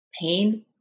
pain